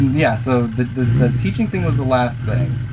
yeah, so the the teaching thing was the last thing